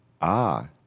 Ah